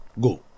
go